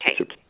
Okay